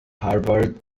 harvard